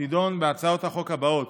תדון בהצעות החוק הבאות: